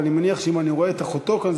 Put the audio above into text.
ואני מניח שאם אני רואה את אחותו כאן,